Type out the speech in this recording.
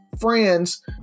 friends